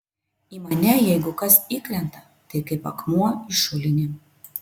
į mane jeigu kas įkrenta tai kaip akmuo į šulinį